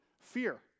Fear